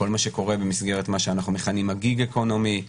כל מה שקורה במסגרת מה שאנחנו מכנים "הגיג אקונומי",